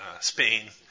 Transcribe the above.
Spain